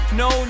no